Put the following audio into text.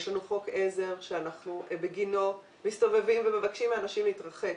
יש לנו חוק עזר שבגינו אנחנו מסתובבים ומבקשים מאנשים להתרחק.